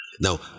Now